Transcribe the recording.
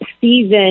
season